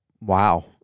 wow